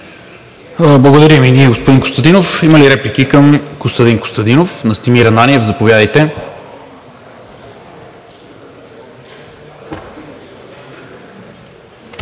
Благодаря и аз, господин Костадинов. Има ли реплики към Костадин Костадинов? Настимир Ананиев – заповядайте.